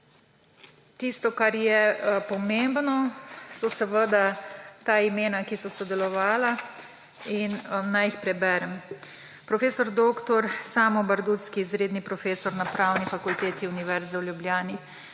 Tisto, kar je pomembno, so seveda ta imena, ki so sodelovala in naj jih preberem: prof. dr. Samo Bardutzky, ki je izredni profesor na Pravni fakulteti Univerze v Ljubljani,